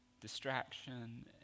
distraction